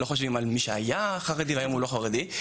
ולא חושבים על מי שהיה חרדי והיום הוא לא חרדי,